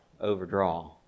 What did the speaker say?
overdraw